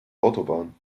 autobahn